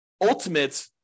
ultimate